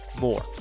more